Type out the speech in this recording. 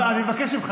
אני מבקש ממך,